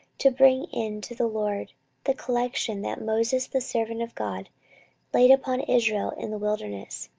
to bring in to the lord the collection that moses the servant of god laid upon israel in the wilderness.